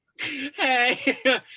Hey